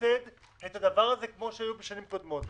לסבסד את הדבר הזה כמו שהיה בשנים הקודמות.